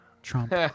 Trump